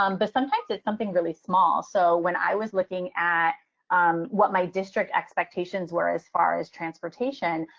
um but sometimes it's something really small. so when i was looking at what my district expectations were as far as transportation,